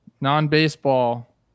Non-baseball